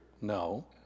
No